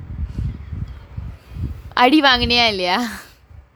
அடி வாங்குனியா இல்லையா:adi vaanguniyaa illaiyaa